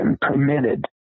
permitted